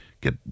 get